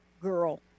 girl